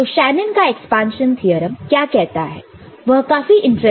तो शेनन का expansion theorem क्या कहता है वह काफी इंटरेस्टिंग है